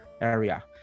area